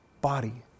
body